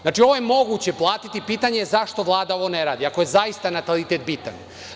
Znači, ovo je moguće platiti, ali je pitanje zašto Vlada ovo ne radi, ako je zaista natalitet bitan?